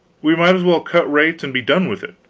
we might as well cut rates and be done with it